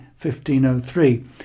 1503